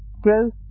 growth